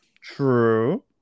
True